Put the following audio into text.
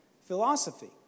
philosophy